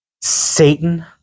Satan